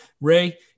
Ray